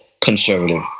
conservative